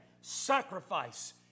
sacrifice